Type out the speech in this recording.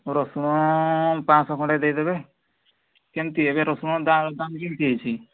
ହଁ ରସୁଣ ପାଞ୍ଚଶହ ଖଣ୍ଡେ ଦେଇଦେବେ କେମିତି ଏବେ ରସୁଣର ଦାମ୍ ଦାମ୍ କେମିତି ଅଛି